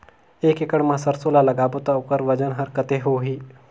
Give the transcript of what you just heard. एक एकड़ मा सरसो ला लगाबो ता ओकर वजन हर कते होही?